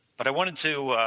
but i wanted to